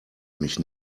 mich